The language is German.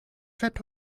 fährt